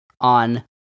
on